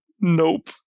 Nope